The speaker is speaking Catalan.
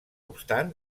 obstant